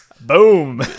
Boom